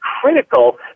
critical